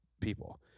people